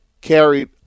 carried